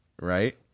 Right